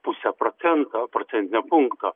puse procento procentinio punkto